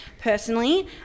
personally